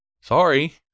Sorry